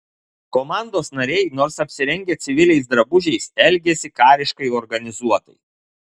komandos nariai nors apsirengę civiliais drabužiais elgėsi kariškai organizuotai